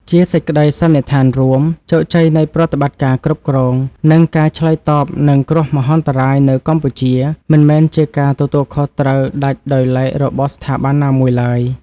ជាសេចក្ដីសន្និដ្ឋានរួម ជោគជ័យនៃប្រតិបត្តិការគ្រប់គ្រង និងការឆ្លើយតបនឹងគ្រោះមហន្តរាយនៅកម្ពុជា មិនមែនជាការទទួលខុសត្រូវដាច់ដោយឡែករបស់ស្ថាប័នណាមួយឡើយ។